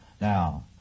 now